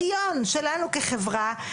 שלנו כחברה,